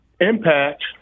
impact